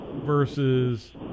versus